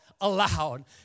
aloud